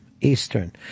Eastern